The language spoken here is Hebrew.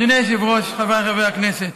אדוני היושב-ראש, חבריי חברי הכנסת,